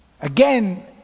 again